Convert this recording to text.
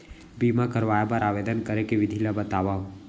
बीमा करवाय बर आवेदन करे के विधि ल बतावव?